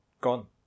gone